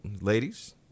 ladies